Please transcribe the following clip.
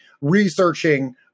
researching